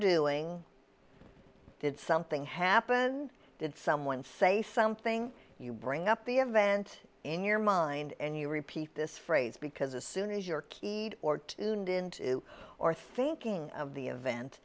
doing did something happen did someone say something you bring up the event in your mind and you repeat this phrase because as soon as you're keyed or tuned into or thinking of the event